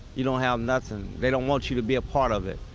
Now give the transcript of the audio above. you don't have nothing. they don't want you to be a part of it.